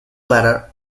letter